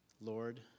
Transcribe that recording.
Lord